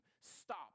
stop